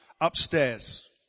upstairs